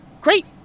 Great